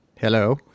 Hello